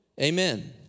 Amen